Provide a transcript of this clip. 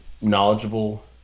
knowledgeable